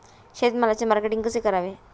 शेतमालाचे मार्केटिंग कसे करावे?